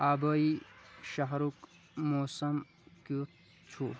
آبٲیی شہرُک موسم کِیُتھ چھُ